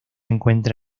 encuentra